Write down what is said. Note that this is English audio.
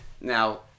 Now